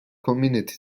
community